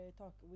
talk